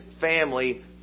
family